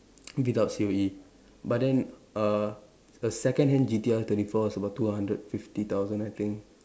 without C_O_E but then uh a second hand G_T_R thirty four is about two hundred fifty thousand I think